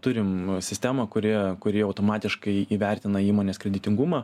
turim sistemą kuri kuri automatiškai įvertina įmonės kreditingumą